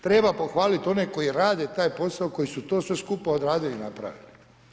Treba pohvaliti one koji rade taj posao, koji su to sve skupa odradili i napravili.